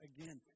Again